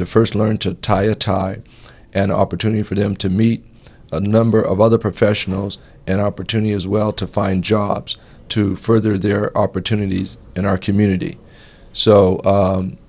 to first learn to tie a tie an opportunity for them to meet a number of other professionals an opportunity as well to find jobs to further their opportunities in our community so